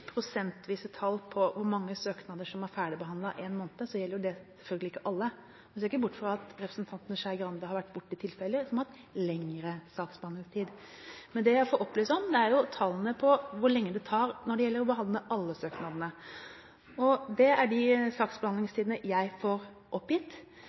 prosentvise tall på hvor mange søknader som er ferdigbehandlet på en måned, gjelder det selvfølgelig ikke alle. Jeg ser ikke bort fra at representanten Skei Grande har vært borti tilfeller som har hatt lengre saksbehandlingstid, men det jeg får opplyst om, er tallene på hvor lang tid det tar når det gjelder å behandle alle søknadene. Det er de